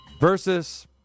versus